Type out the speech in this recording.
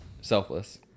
selfless